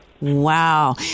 Wow